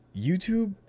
YouTube